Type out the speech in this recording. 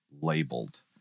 labeled